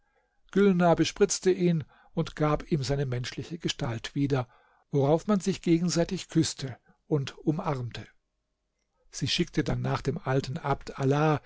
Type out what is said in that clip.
gülnar bespritzte ihn und gab ihm seine menschliche gestalt wieder worauf man sich gegenseitig küßte und umarmte sie schickte dann nach dem alten abd allah